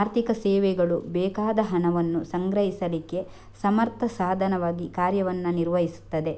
ಆರ್ಥಿಕ ಸೇವೆಗಳು ಬೇಕಾದ ಹಣವನ್ನ ಸಂಗ್ರಹಿಸ್ಲಿಕ್ಕೆ ಸಮರ್ಥ ಸಾಧನವಾಗಿ ಕಾರ್ಯವನ್ನ ನಿರ್ವಹಿಸ್ತದೆ